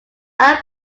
are